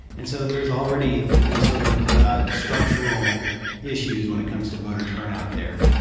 and so there's already these sort of ah structural issues when it comes to voter turnout there.